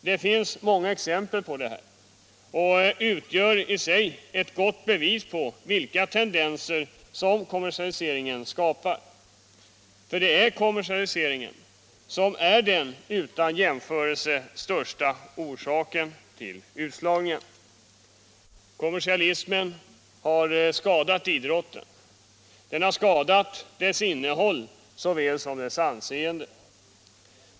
Det finns många exempel på detta, och de utgör i sig ett gott bevis på vilka tendenser som kommersialiseringen skapar. För det är kommersialiseringen som är den utan jämförelse största orsaken till utslagningen. Kommersialismen har skadat idrotten. Den har skadat såväl dess innehåll som dess anseende.